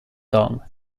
song